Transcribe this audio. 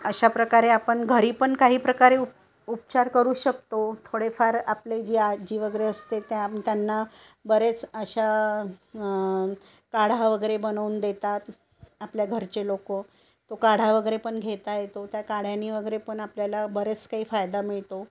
अशा प्रकारे आपण घरी पण काही प्रकारे उप उपचार करू शकतो थोडेफार आपले जी आजी वगैरे असते त्या त्यांना बरेच अशा काढा वगैरे बनवून देतात आपल्या घरचे लोक तो काढा वगैरे पण घेता येतो त्या काढ्यानी वगैरे पण आपल्याला बरेच काही फायदा मिळतो